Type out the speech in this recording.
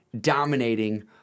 dominating